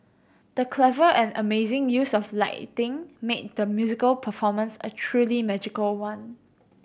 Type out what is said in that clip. the clever and amazing use of lighting made the musical performance a truly magical one